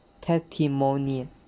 testimony